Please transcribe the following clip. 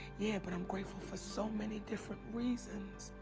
yeah, but i'm grateful for so many different reasons.